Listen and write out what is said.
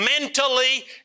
mentally